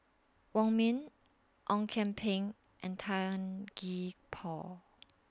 Wong Ming Ong Kian Peng and Tan Gee Paw